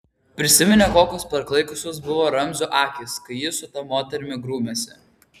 prisiminė kokios paklaikusios buvo ramzio akys kai jis su ta moterimi grūmėsi